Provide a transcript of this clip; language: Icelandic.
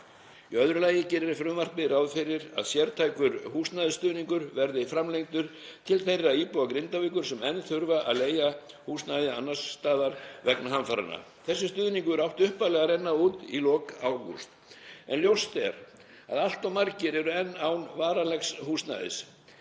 Í öðru lagi gerir frumvarpið ráð fyrir að sértækur húsnæðisstuðningur verði framlengdur til þeirra íbúa Grindavíkur sem enn þurfa að leigja húsnæði annars staðar vegna hamfaranna. Þessi stuðningur átti upphaflega að renna út í lok ágúst en ljóst er að allt of margir eru enn án varanlegs húsnæðis.